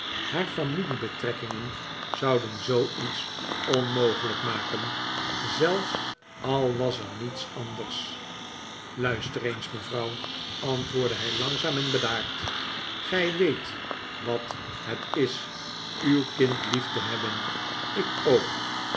haar familiebetrekkingen zouden zooiets onmogelijk maken zelfs al was er niets anders luister eens mevrouw antwoordde hij langzaam en bedaard gij weet wat het is uw kind lief te hebben ik ook